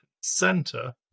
center